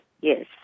yes